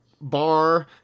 bar